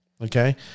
okay